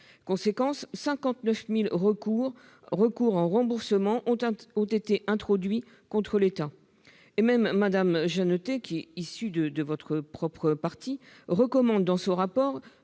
conséquence, 59 000 recours en remboursement ont été introduits contre l'État. Mme Genetet elle-même, qui est issue de votre propre parti, recommande dans son rapport